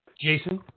Jason